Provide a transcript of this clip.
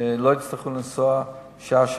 שלא יצטרכו לנסוע שעה,